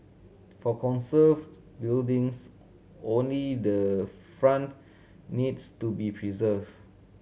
for conserved buildings only the front needs to be preserved